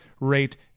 rate